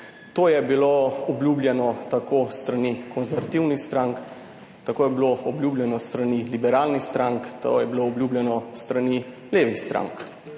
To je bilo obljubljeno tako s strani konservativnih strank, tako je bilo obljubljeno s strani liberalnih strank, to je bilo obljubljeno s strani levih strank.